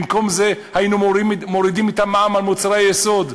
במקום זה היינו מורידים את המע"מ על מוצרי היסוד,